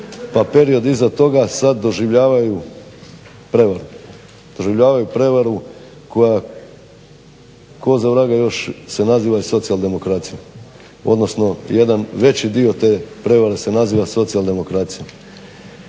prevaru. Doživljavaju prevaru koja ko za vraga još se naziva i socijaldemokracijom, odnosno jedan veći dio te prevare se naziva socijaldemokracijom.